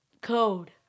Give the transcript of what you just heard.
code